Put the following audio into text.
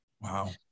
Wow